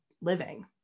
living